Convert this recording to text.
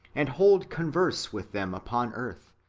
and hold converse with them upon earth,